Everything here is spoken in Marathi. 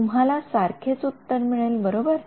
तुम्हाला सारखेच उत्तर मिळेल बरोबर